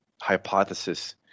hypothesis